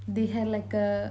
they had like a